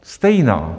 Stejná!